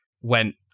went